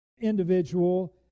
individual